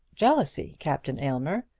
jealousy, captain aylmer!